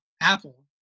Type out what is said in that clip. Apple